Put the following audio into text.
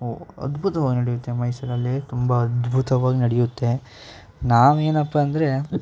ಅದ್ಭುತವಾಗಿ ನಡೆಯುತ್ತೆ ಮೈಸೂರಲ್ಲಿ ತುಂಬ ಅದ್ಭುತವಾಗಿ ನಡೆಯುತ್ತೆ ನಾವು ಏನಪ್ಪಾ ಅಂದರೆ